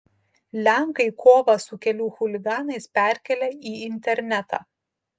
lenkai kovą su kelių chuliganais perkelia į internetą